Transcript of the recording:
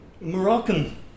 Moroccan